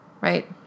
right